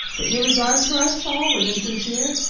that your regard for us all was insincere,